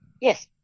Yes